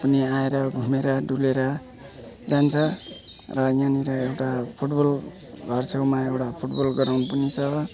पनि आएर घुमेर डुलेर जान्छ र यहाँनेर एउटा फुट बल घर छेउमा एउटा फुट बल ग्राउन्ड पनि छ